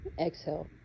exhale